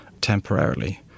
temporarily